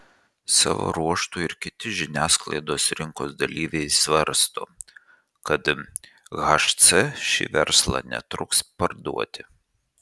savo ruožtu ir kiti žiniasklaidos rinkos dalyviai svarsto kad hc šį verslą netruks parduoti